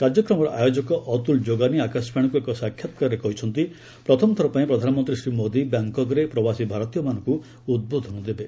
କାର୍ଯ୍ୟକ୍ରମର ଆୟୋଜକ ଅତ୍କଲ୍ ଯୋଗାନୀ ଆକାଶବାଣୀକୁ ଏକ ସାକ୍ଷାତ୍କାରରେ କହିଛନ୍ତି ପ୍ରଥମ ଥରପାଇଁ ପ୍ରଧାନମନ୍ତ୍ରୀ ଶ୍ରୀ ମୋଦି ବ୍ୟାଙ୍ଗ୍କକ୍ରେ ପ୍ରବାସୀ ଭାରତୀୟମାନଙ୍କ ଉଦ୍ବୋଧନ ଦେବେ